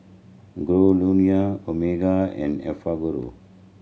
Giordano Omega and Enfagrow